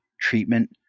treatment